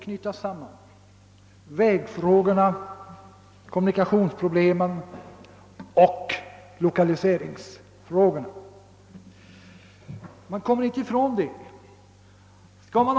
Kommunikationsproblemen och lokaliseringsfrågorna måste knytas samman.